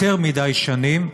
יותר מדי שנים,